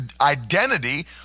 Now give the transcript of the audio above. identity